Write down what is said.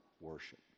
worship